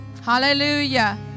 Hallelujah